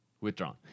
Withdrawn